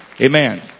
Amen